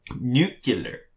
Nuclear